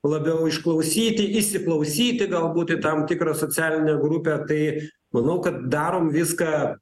labiau išklausyti įsiklausyti galbūt į tam tikrą socialinę grupę tai manau kad darom viską